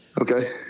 Okay